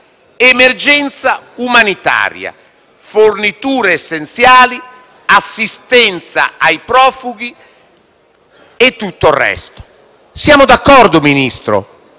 dell'emergenza umanitaria (forniture essenziali, assistenza ai profughi e tutto il resto). Siamo d'accordo, Ministro,